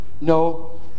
No